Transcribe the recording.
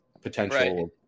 potential